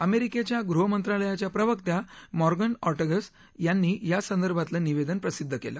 अमेरिकेच्या गृहमंत्रालयाच्या प्रवक्त्या मॉर्गन ऑर्टगस यांनी यासंदर्भातलं निवेदन प्रसिद्ध केलं